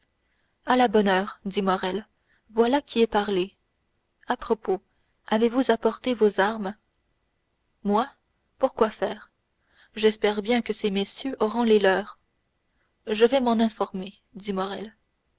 à la bonne heure dit morrel voilà qui est parler à propos avez-vous apporté vos armes moi pour quoi faire j'espère bien que ces messieurs auront les leurs je vais m'en informer dit morrel